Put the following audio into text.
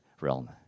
realm